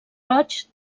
roig